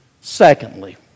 Secondly